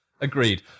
Agreed